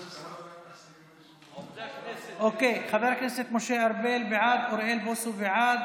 חוק למניעת הסתננות (עבירות ושיפוט) (הוראות שעה,